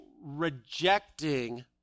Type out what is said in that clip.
rejecting